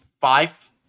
five